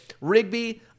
Rigby